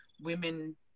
women